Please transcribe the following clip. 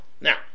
now